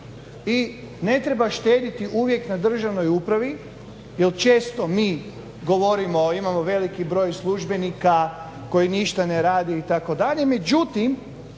I ne treba štediti uvijek na državnoj upravi jel često mi govorimo, imamo veliki broj službenika koji ništa ne radi itd.,